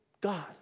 God